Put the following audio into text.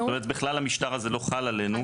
זאת אומרת, בכלל המשטר לא חל עלינו.